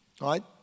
right